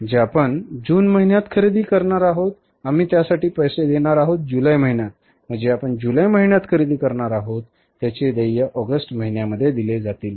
जे आपण जून महिन्यात खरेदी करणार आहोत आम्ही त्यासाठी पैसे देणार आहोत जुलै महिन्यात व जे आपण जुलै महिन्यात खरेदी करणार आहोत त्याचे देय ऑगस्ट महिन्यामध्ये दिले जाईल